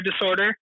disorder